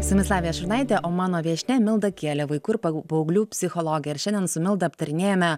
su jumis lavija šurnaitė o mano viešnia milda kielė vaikų ir paauglių psichologė ir šiandien su milda aptarinėjame